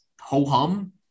ho-hum